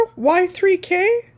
Y3K